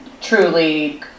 truly